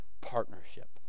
partnership